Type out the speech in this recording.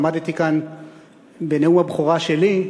עמדתי כאן בנאום הבכורה שלי,